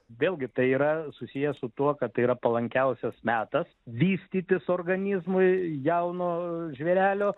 vėlgi tai yra susiję su tuo kad tai yra palankiausias metas vystytis organizmui jauno žvėrelio